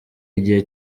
igihe